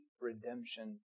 redemption